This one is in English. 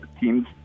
teams